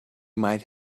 might